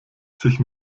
sich